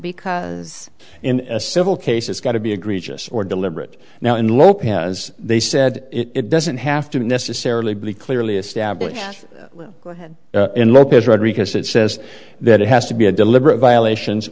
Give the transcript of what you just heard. because in a civil case it's got to be agreed just or deliberate now in lopez they said it doesn't have to necessarily be clearly established go ahead and let this rodriguez it says that it has to be a deliberate violations